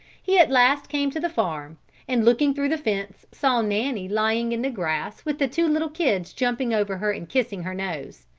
he at last came to the farm and looking through the fence saw nanny lying in the grass with the two little kids jumping over her and kissing her nose.